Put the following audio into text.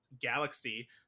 galaxy